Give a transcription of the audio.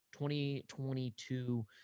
2022